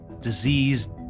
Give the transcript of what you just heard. disease